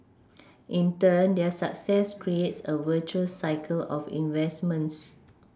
in turn their success creates a virtuous cycle of investments